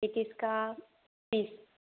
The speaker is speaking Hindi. पेटीज़ का बीस